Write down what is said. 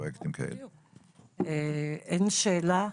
אין שאלה.